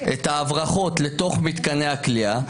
את הברחות לתוך מתקני הכליאה,